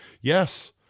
Yes